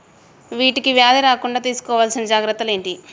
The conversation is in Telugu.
వీటికి వ్యాధి రాకుండా తీసుకోవాల్సిన జాగ్రత్తలు ఏంటియి?